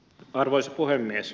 arvoisa puhemies